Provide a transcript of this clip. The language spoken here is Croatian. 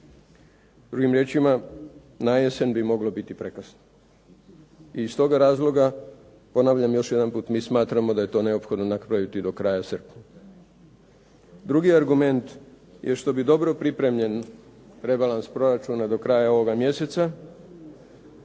Drugim riječima, na jesen bi moglo biti prekrasno. I iz tog razloga ponavljam još jedanput mi smatramo da je to neophodno napraviti do kraja srpnja. Drugi argument je što bi dobro pripremljen rebalans proračuna do kraja ovoga mjeseca